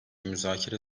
müzakere